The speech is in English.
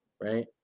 right